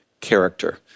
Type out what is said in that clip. character